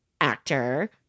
actor